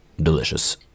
Delicious